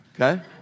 okay